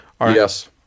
yes